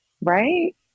Right